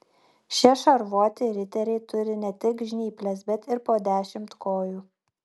šie šarvuoti riteriai turi ne tik žnyples bet ir po dešimt kojų